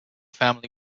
family